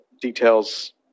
details